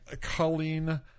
Colleen